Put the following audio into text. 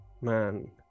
man